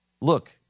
look